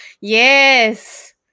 Yes